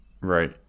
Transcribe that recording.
Right